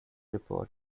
report